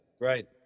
Right